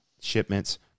shipments